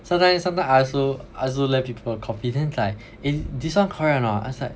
sometimes sometimes I also I also let people copy then it's like eh this one correct or not I was like